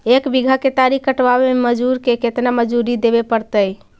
एक बिघा केतारी कटबाबे में मजुर के केतना मजुरि देबे पड़तै?